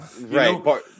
Right